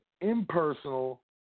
impersonal